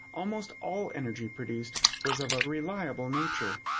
almost all energy produced was of a reliable nature.